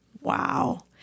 Wow